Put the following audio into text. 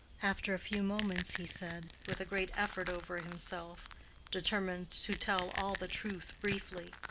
after a few moments, he said, with a great effort over himself determined to tell all the truth briefly,